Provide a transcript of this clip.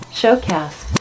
showcast